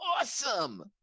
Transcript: awesome